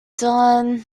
done